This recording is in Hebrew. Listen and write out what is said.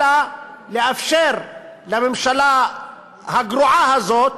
אלא לאפשר לממשלה הגרועה הזאת